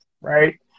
Right